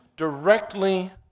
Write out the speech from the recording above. directly